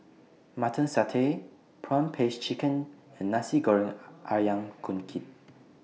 Mutton Satay Prawn Paste Chicken and Nasi Goreng Ayam Kunyit